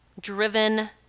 driven